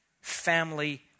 family